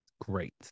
great